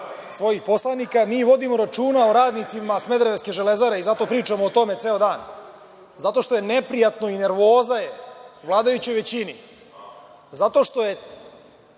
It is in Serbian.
svojih poslanika, ali mi vodimo računa o radnicima smederevske „Železare“ i zato pričamo o tome ceo dan, zato što je neprijatno i nervoza je u vladajućoj većini zato što je